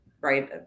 right